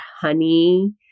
honey